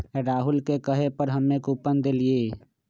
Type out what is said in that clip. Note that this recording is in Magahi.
राहुल के कहे पर हम्मे कूपन देलीयी